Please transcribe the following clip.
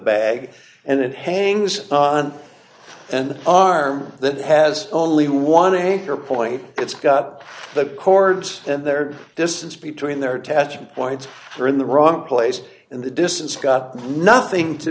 bag and it hangs on and arm that has only one a fair point it's got the cords and their distance between their attachment points are in the wrong place in the distance got nothing to